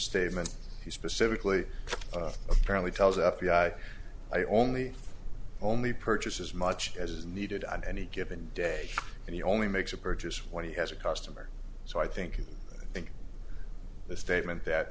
statement he specifically apparently tells f b i i only only purchase as much as is needed on any given day and he only makes a purchase when he has a customer so i think you think the statement that